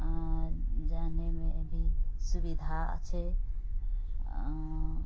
जानैमे भी सुविधा छै